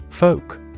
Folk